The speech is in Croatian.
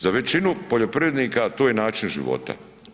Za većinu poljoprivrednika to je način života.